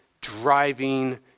driving